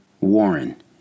Warren